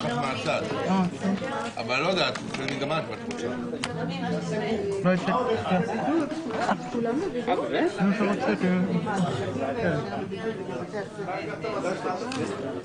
10:58.